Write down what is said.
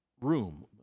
room